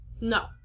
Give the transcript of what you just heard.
No